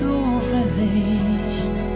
Zuversicht